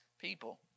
people